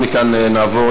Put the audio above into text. תודה.